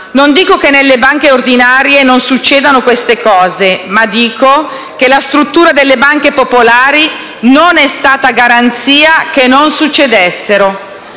non dico che nelle banche ordinarie non succedano queste cose, ma dico che la struttura delle banche popolari non è stata garanzia che non succedessero.